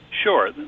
Sure